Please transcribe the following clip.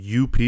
up